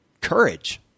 courage